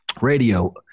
Radio